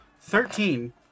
Thirteen